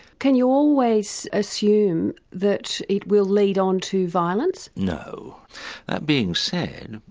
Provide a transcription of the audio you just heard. can you always assume that it will lead on to violence? no, that being said,